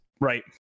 right